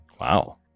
Wow